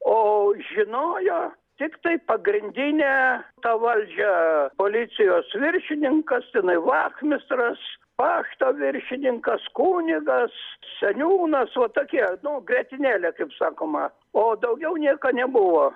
o žinojo tiktai pagrindinė ta valdžia policijos viršininkas tenai vachmistras pašto viršininkas kunigas seniūnas va tokie nu grietinėlė kaip sakoma o daugiau nieko nebuvo